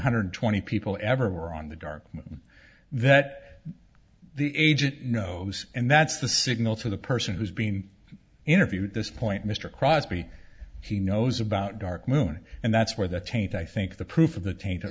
hundred twenty people ever were on the darkman that the agent knows and that's the signal to the person who's being interviewed this point mr crosby he knows about dark moon and that's where the taint i think the proof of the taint